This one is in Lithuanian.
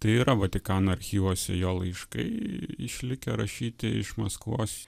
tai yra vatikano archyvuose jo laiškai išlikę rašyti iš maskvos